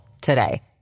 today